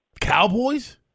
Cowboys